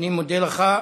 אני מודה לך.